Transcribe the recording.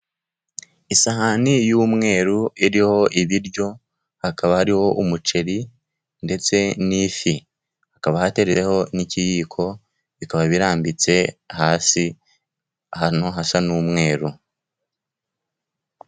Isahani y'umweru, iriho ibiryo; hakaba hariho umuceri ndetse n'ifi. Hakaba hateretseho n'ikiyiko, bikaba birambitse hasi ahantu hasa n'umweru.